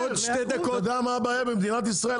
אתה יודע מה הבעיה במדינת ישראל?